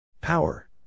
Power